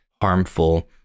harmful